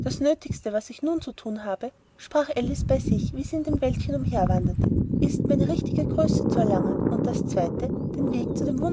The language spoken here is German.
das nöthigste was ich nun zu thun habe sprach alice bei sich wie sie in dem wäldchen umher wanderte ist meine richtige größe zu erlangen und das zweite den weg zu dem